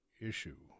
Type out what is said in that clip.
issue